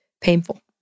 painful